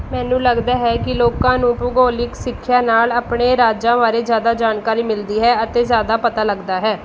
ਮੈਨੂੰ ਲੱਗਦਾ ਹੈ ਕਿ ਲੋਕਾਂ ਨੂੰ ਭੂਗੋਲਿਕ ਸਿੱਖਿਆ ਨਾਲ਼ ਆਪਣੇ ਰਾਜਾਂ ਬਾਰੇ ਜ਼ਿਆਦਾ ਜਾਣਕਾਰੀ ਮਿਲਦੀ ਹੈ ਅਤੇ ਜ਼ਿਆਦਾ ਪਤਾ ਲੱਗਦਾ ਹੈ